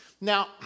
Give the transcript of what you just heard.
Now